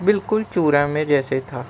بالکل چورا میں جیسے تھا